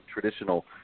traditional